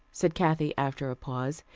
said kathy after a pause.